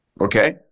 Okay